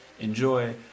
Enjoy